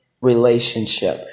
relationship